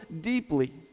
deeply